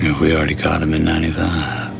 we already caught him in ninety five.